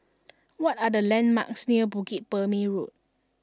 what are the landmarks near Bukit Purmei Road